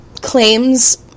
claims